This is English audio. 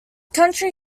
county